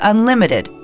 Unlimited